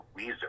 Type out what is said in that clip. Weezer